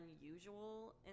unusual